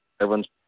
everyone's